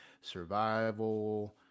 survival